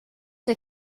der